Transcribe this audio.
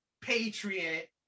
Patriot